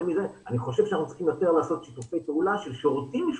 אני חושב שאנחנו צריכים יותר לעשות שיתופי פעולה של שירותים משותפים,